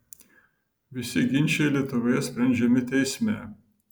visi ginčai lietuvoje sprendžiami teisme